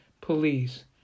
police